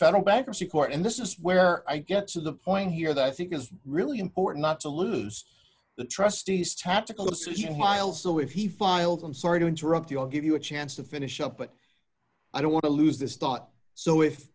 federal bankruptcy court and this is where i get to the point here that i think is really important not to lose the trustees tactical decision while so if he files i'm sorry to interrupt you or give you a chance to finish up but i don't want to lose this thought so if